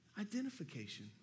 identification